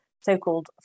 so-called